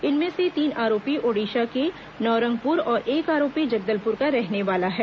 इनमें से तीन आरोपी ओडिशा के नवरंगपुर और एक आरोपी जगदलपुर का रहने वाला है